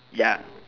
ya